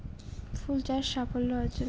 ফুল চাষ সাফল্য অর্জন?